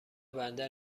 بندر